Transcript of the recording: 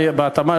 בהתאמה,